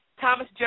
Thomas